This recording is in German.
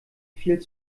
viel